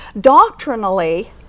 Doctrinally